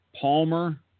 Palmer